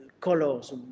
colors